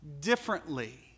differently